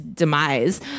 demise